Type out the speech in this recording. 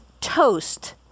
toast